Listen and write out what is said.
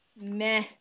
Meh